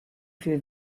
viel